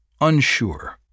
unsure